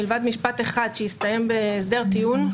מלבד משפט אחד שהסתיים בהסדר טיעון,